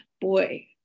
Boy